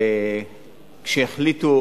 החליטו